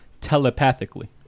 telepathically